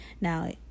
Now